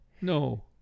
no